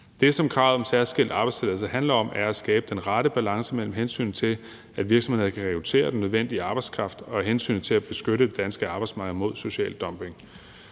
Det, som kravet om særskilt arbejdstilladelse handler om, er at skabe den rette balance mellem hensynet til, at virksomhederne kan rekruttere den nødvendige arbejdskraft, og hensynet til at beskytte det danske arbejdsmarked mod social dumping.